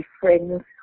friends